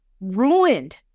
ruined